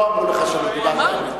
לא אמרו לך שלא דיברת אמת.